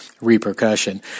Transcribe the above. repercussion